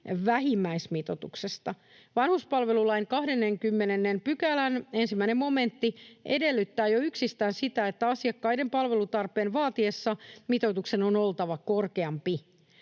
vähimmäismitoituksesta. Vanhuspalvelulain 20 §:n 1 momentti edellyttää jo yksistään sitä, että asiakkaiden palvelutarpeen vaatiessa mitoituksen on oltava korkeampi.